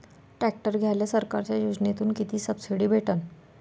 Tractor घ्यायले सरकारच्या योजनेतून किती सबसिडी भेटन?